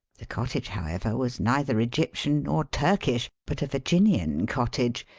the cottage, however, was neither egyptian nor turkish, but a virginian cottage.